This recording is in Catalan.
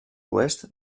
oest